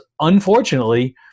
unfortunately